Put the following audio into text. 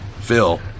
Phil